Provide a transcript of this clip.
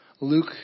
Luke